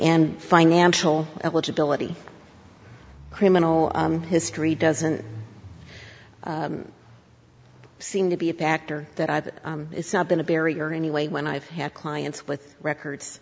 and financial eligibility criminal history doesn't seem to be a factor that i've it's not been a barrier anyway when i've had clients with records